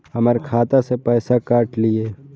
हमर खाता से पैसा काट लिए?